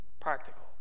Practical